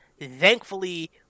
thankfully